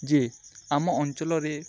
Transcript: ଯେ ଆମ ଅଞ୍ଚଳରେ